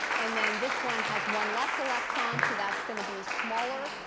and then this one has one less electron. so that's going to be smaller.